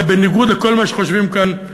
בניגוד לכל מה שחושבים כאן,